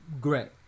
great